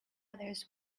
others